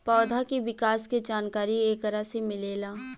पौधा के विकास के जानकारी एकरा से मिलेला